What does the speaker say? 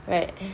right